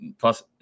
plus